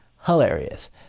hilarious